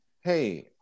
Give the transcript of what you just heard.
hey